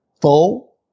full